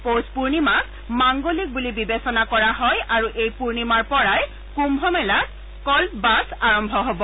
পৌষ পূৰ্ণিমাক মাংগলিক বুলি বিবেচনা কৰা হয় আৰু এই পূৰ্ণিমাৰ পৰাই কুম্ভমেলাত কল্প বাচ আৰম্ভ হ'ব